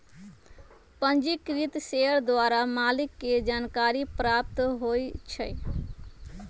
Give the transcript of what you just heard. पंजीकृत शेयर द्वारा मालिक के जानकारी प्राप्त होइ छइ